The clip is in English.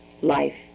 life